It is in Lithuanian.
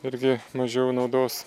irgi mažiau naudos